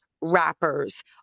rappers